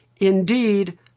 Indeed